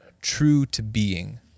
true-to-being